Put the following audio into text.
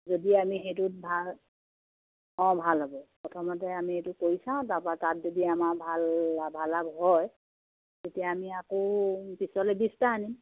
যদি আমি সেইটোত ভাল অঁ ভাল হ'ব প্ৰথমতে আমি এইটো কৰি চাওঁ তাৰপৰা তাত যদি আমাৰ ভাল লাভা লাভ হয় তেতিয়া আমি আকৌ পিছলৈ বিশটা আনিম